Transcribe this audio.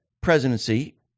presidency